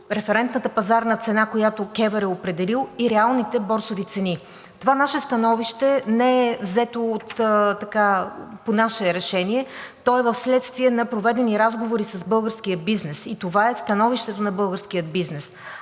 референтната пазарна цена, която КЕВР е определил, и реалните борсови цени. Това становище не е взето по наше решение, а е вследствие на проведените разговори с българския бизнес, и това е становището на българския бизнес.